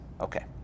Okay